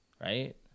right